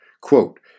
Quote